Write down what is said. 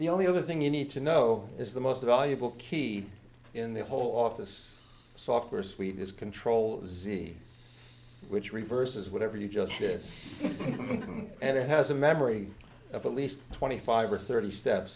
the only other thing you need to know is the most valuable key in the whole office software suite is control z which reverses whatever you just did and it has a memory of at least twenty five or thirty steps